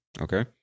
Okay